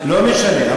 לא משנה.